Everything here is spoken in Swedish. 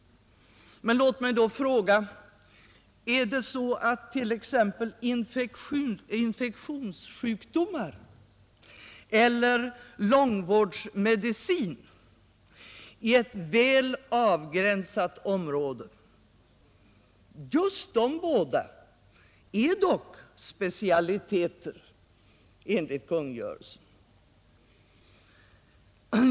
Men låt mig då fråga: Är t.ex. infektionssjukdomar eller långvårdsmedicin väl avgränsade områden? Just de båda är dock specialiteter enligt kungörelsen.